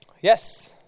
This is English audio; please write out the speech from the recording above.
Yes